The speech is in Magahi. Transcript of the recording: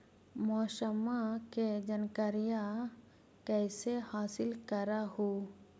मौसमा के जनकरिया कैसे हासिल कर हू?